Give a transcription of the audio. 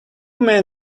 men